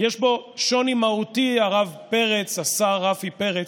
יש בו שוני מהותי, הרב פרץ, השר רפי פרץ.